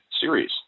series